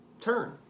turn